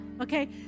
Okay